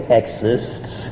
exists